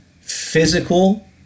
physical